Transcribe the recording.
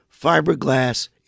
Fiberglass